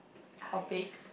or bake